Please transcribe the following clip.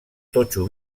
totxo